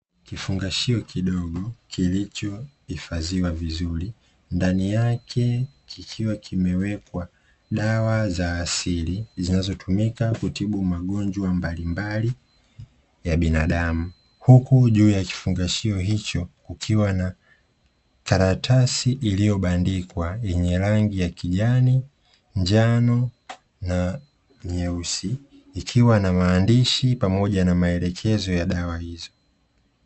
Kifungashio kidogo kilicho hifadhiwa vizuri ndani yake kikiwa kimewekwa dawa za asili zinazotumika kutibu magonjwa mbalimbali ya binadamu. Huku juu ya kifungashio hicho kukiwa na karatasi iliyobandikwa yenye rangi ya kijani, njano na nyeusi ikiwa na maandishi pamoja na maelekezo ya dawa hizo.